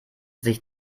sich